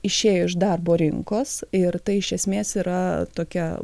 išėjo iš darbo rinkos ir tai iš esmės yra tokia